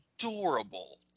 adorable